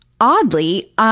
oddly